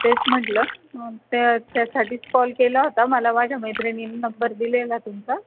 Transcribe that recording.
तेच म्हटलं त्या त्यासाठीच कॉल केला होता मला माझ्या मैत्रिणीनी नंबर दिलेला तुमचा